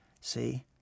See